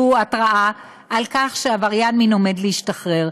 על כך שעבריין מין עומד להשתחרר.